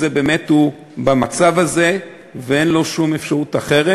הוא באמת במצב הזה ואין לו שום אפשרות אחרת.